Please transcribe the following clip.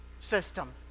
system